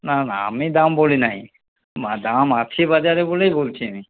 না না আমি দাম বলি নাই দাম আছে বাজারে বলেই বলছি আমি